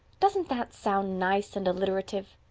doesn't that sound nice and alliterative?